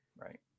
right